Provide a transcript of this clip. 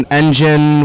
engine